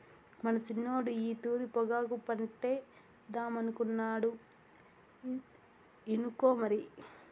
మన సిన్నోడు ఈ తూరి పొగాకు పంటేద్దామనుకుంటాండు ఇనుకో మరి